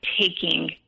taking